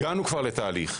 הגענו לתהליך.